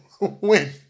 win